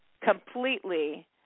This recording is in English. completely